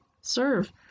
Serve